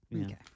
Okay